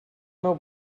meu